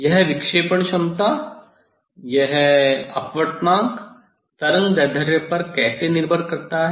यह विक्षेपण क्षमता यह अपवर्तनांक तरंगदैर्ध्य पर कैसे निर्भर करता है